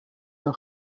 dan